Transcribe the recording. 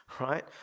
right